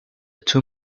two